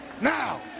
Now